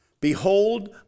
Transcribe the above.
Behold